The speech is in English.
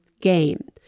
game